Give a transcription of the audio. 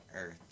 Earth